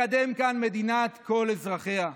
לקדם כאן מדינת כל אזרחיה,